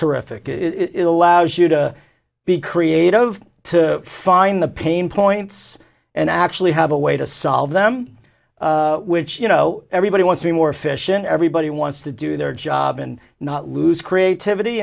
terrific allows you to be creative to find the pain points and actually have a way to solve them which you know everybody wants the more efficient everybody wants to do their job and not lose creativity